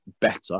better